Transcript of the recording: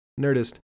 Nerdist